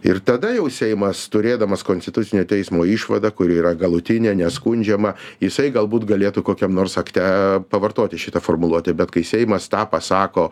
ir tada jau seimas turėdamas konstitucinio teismo išvadą kuri yra galutinė neskundžiama jisai galbūt galėtų kokiam nors akte aaa pavartoti šitą formuluotę bet kai seimas tą pasako